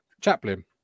Chaplin